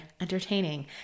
entertaining